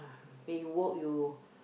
when you walk you